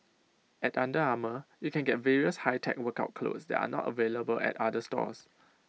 at under Armour you can get various high tech workout clothes that are not available at other stores